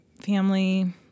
family